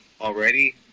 already